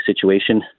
situation